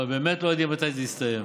אבל באמת לא יודעים מתי זה יסתיים.